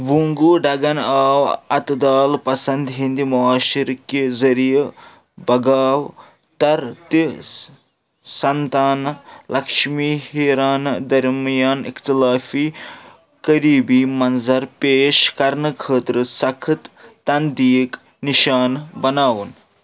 وونٛگوٚو ڈنٛگن آو اعتِدال پسنٛد ہِنٛدِ مُعاشٕر کہِ ذٔریعہٕ بھگاو ترتہِ سنتھانہٕ لَکشمی ہیٖرانہِ درمیان اِختِلٲفی قٔریٖبی منظر پیش کرنہٕ خٲطرٕ سخٕت تندیٖک نِشانہٕ بناوُن